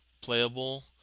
playable